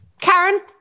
Karen